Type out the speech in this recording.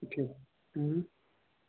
اچھا